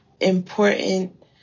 important